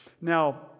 Now